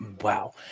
Wow